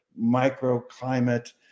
microclimate